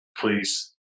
please